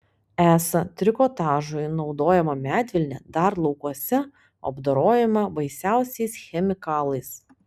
esą trikotažui naudojama medvilnė dar laukuose apdorojama baisiausiais chemikalais